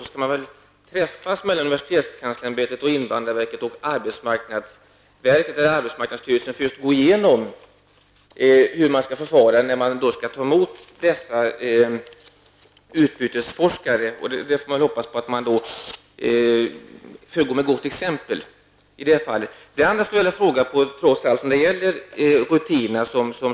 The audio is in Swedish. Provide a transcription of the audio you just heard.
Såvitt jag kan förstå skall universitetskanslerämbetet, invandrarverket och arbetsmarknadsstyrelsen träffas för att gå igenom hur man skall förfara när man skall ta emot utbytesforskare. Jag hoppas att man föregår med gott exempel i det fallet.